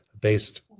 based